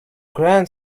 ground